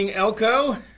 Elko